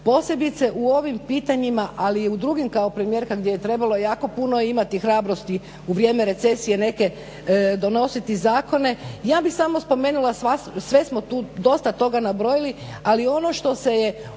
posebice u ovim pitanjima, ali i u drugim kao premijerka gdje je trebalo jako puno imati hrabrosti u vrijeme recesije neke donositi zakone. Ja bih samo spomenula, sve smo tu dosta toga nabrojili, ali ono što se je